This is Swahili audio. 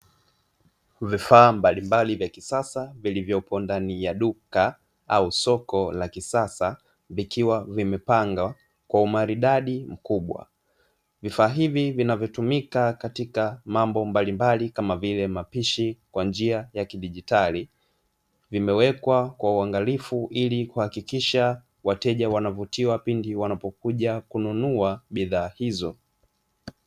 Vifaa mbalimbali vya kisasa vilivyoko ndani ya duka au soko la kisasa vikiwa vimepanga kwa umaridadi mkubwa, vifaa hivyi vinavyotumika katika mambo mbalimbali kama vile mapishi kwa njia ya kidigitali, vimewekwa kwa uangalifu ili kuhakikisha wateja wanavutiwa pindi wanapokuja kununua bidhaa hizo.